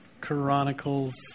Chronicles